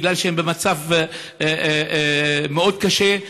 בגלל שהם במצב מאוד קשה,